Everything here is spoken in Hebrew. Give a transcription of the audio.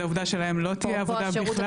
זה העובדה שלהם לא תהיה עבודה בכלל.